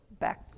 back